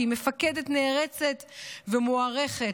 והיא מפקדת נערצת ומוערכת,